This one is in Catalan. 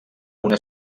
una